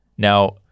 Now